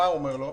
הוא אמר לו?